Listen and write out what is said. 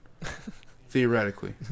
Theoretically